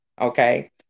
Okay